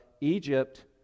Egypt